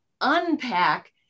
unpack